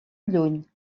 lluny